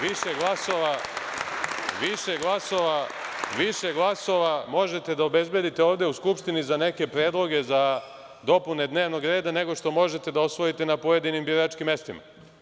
Više glasova možete da obezbedite ovde u Skupštini za neke predloge, za dopune dnevnog reda, nego što možete da osvojite na pojedinim biračkim mestima.